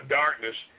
darkness